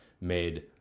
made